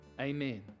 amen